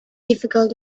difficult